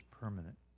permanent